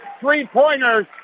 three-pointers